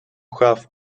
have